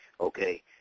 Okay